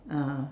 uh